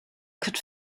could